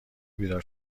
بیدار